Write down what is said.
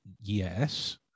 Yes